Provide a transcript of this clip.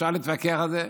אפשר להתווכח עליה,